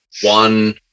one-